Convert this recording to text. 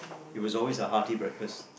it was always a hearty breakfast